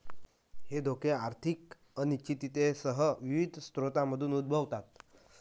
हे धोके आर्थिक अनिश्चिततेसह विविध स्रोतांमधून उद्भवतात